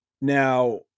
Now